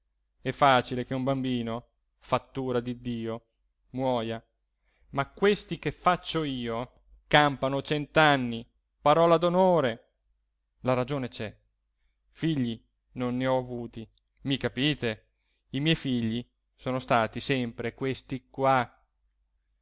è facile che un bambino fattura di dio muoja ma questi che faccio io campano cent'anni parola d'onore la ragione c'è figli non ne ho avuti mi capite i miei figli sono stati sempre questi qua